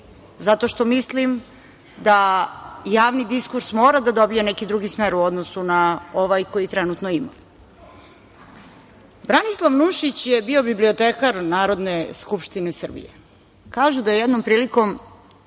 zato što mislim da javni diskurs mora da dobije neki drugi smer u odnosu na ovaj koji trenutno ima. Branislav Nušić je bio bibliotekar u Narodnoj skupštini Srbije. Kažu da je jednom prilikom,